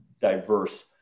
diverse